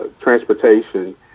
transportation